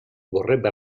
vorrebbe